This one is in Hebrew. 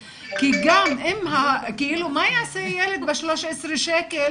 מה יעשה ילד ב-13 שקל,